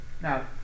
Now